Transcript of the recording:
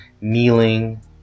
kneeling